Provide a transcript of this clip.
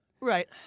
right